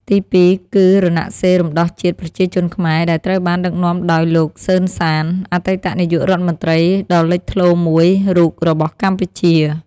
ទីពីរ គឺរណសិរ្សរំដោះជាតិប្រជាជនខ្មែរ ដែលត្រូវបានដឹកនាំដោយលោក សឺន សាន អតីតនាយករដ្ឋមន្ត្រីដ៏លេចធ្លោមួយរូបរបស់កម្ពុជា។